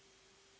Hvala